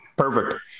Perfect